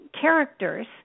characters